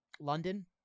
London